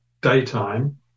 daytime